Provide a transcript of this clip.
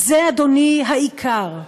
זה, אדוני, העיקר.